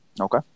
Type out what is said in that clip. Okay